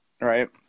Right